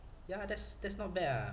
ya that's that's not bad ah